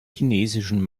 chinesischen